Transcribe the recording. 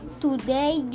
today